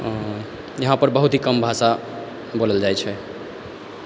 यहाँ पर बहुत ही कम भाषा बोलल जाइ छै